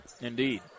Indeed